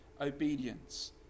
obedience